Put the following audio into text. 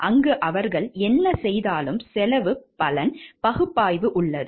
அங்கு அவர்கள் என்ன செய்தாலும் செலவு பலன் பகுப்பாய்வு உள்ளது